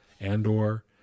Andor